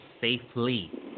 safely